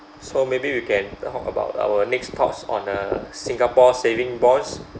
so maybe we can talk about our next thoughts on uh singapore saving bonds